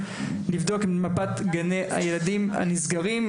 לבדוק את גני הילדים הנסגרים,